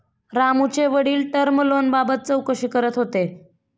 रामूचे वडील टर्म लोनबाबत चौकशी करत होते